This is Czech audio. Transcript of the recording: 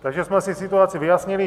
Takže jsme si situaci vyjasnili.